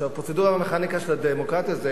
הפרוצדורה והמכניקה של הדמוקרטיה זה